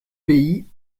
pays